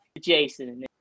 Jason